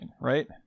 right